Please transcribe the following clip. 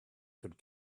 could